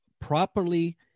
properly